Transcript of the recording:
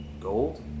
gold